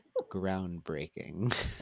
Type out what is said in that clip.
groundbreaking